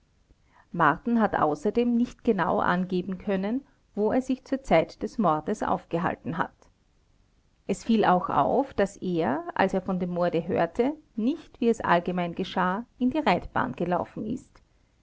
marten hat außerdem nicht genau angeben können wo er sich zur zeit des mordes aufgehalten hat es fiel auch auf daß als er von dem morde hörte nicht wie es allgemein geschah in die reitbahn gelaufen ist